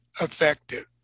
effective